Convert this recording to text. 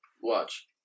Watch